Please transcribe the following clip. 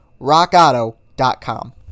rockauto.com